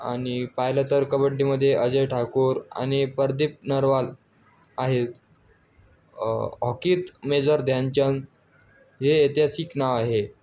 आणि पाहिलं तर कबड्डीमध्ये अजय ठाकूर आणि प्रदीप नरवाल आहेत हॉकीत मेझर ध्यानचंद हे ऐतिहासिक नाव आहे